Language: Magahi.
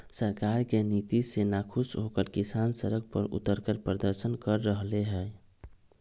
सरकार के नीति से नाखुश होकर किसान सड़क पर उतरकर प्रदर्शन कर रहले है